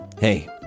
Hey